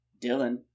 Dylan